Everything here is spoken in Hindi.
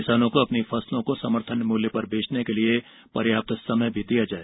किसानों को अपनी फसलों को समर्थन मूल्य पर बेचने के लिए पर्याप्त समय दिया जाए